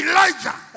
Elijah